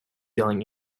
yelling